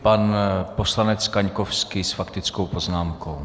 Pan poslanec Kaňkovský s faktickou poznámkou.